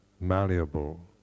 malleable